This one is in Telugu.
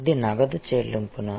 ఇది నగదు చెల్లింపునా